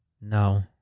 No